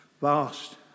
vast